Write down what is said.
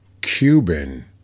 Cuban